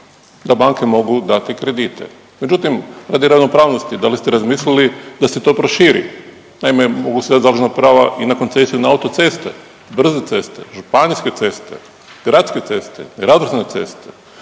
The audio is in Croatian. da banke mogu dati kredite. Međutim, radi ravnopravnosti da li ste razmislili da se to proširi. Naime, u …/Govornik se ne razumije./… založnog prava i na koncesije i na autoceste, brze ceste, županijske ceste, gradske ceste, …/Govornik se